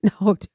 No